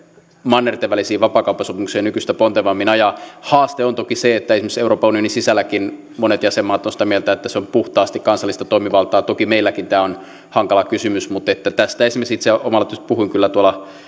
mannertenvälisiin vapaakauppasopimuksiin nykyistä pontevammin ajamaan haaste on toki se että esimerkiksi euroopan unionin sisälläkin monet jäsenmaat ovat sitä mieltä että se on puhtaasti kansallista toimivaltaa toki meilläkin tämä on hankala kysymys mutta tästä esimerkiksi itse oma aloitteisesti puhuin kyllä tuolla